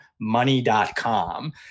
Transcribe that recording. money.com